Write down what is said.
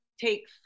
take